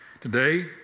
Today